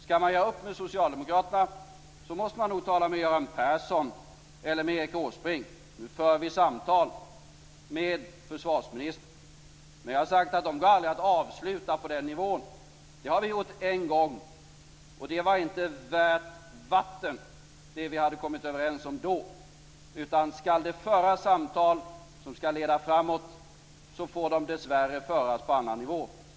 Skall man göra upp med socialdemokraterna, måste man nog tala med Göran Persson eller med Erik Åsbrink. Nu för vi samtal med försvarsministern, men jag har sagt att de inte kan avslutas på den nivån. Det har vi gjort en gång, och det som vi då kom överens om var inte värt vatten. Skall det föras samtal som skall leda framåt, får de dessvärre föras på en annan nivå.